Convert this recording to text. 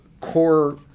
core